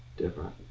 different.